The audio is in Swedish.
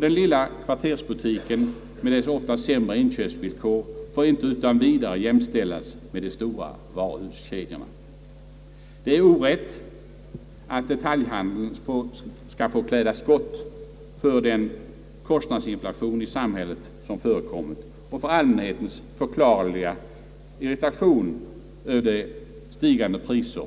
Den lilla kvartersbutiken med sina ofta sämre inköpsvillkor får inte utan vidare jämställas med de stora varuhuskedjorna. Det är orätt att detaljhandeln skall få kläda skott för den kostnadsinflation i samhället som förekommit och pågår och för allmänhetens förklarliga irri tation över de stigande priser